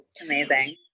Amazing